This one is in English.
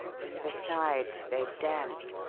and, besides, they daren't.